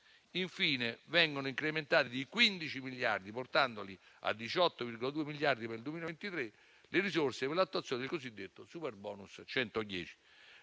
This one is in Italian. Infine, vengono incrementate di 15 miliardi, portati a 18,2 miliardi per il 2023, le risorse per l'attuazione del cosiddetto superbonus 110.